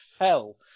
hell